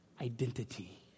Identity